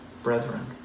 brethren